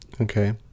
Okay